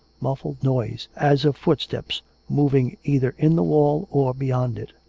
muffled noise, as of footsteps moving either in the wall or beyond it.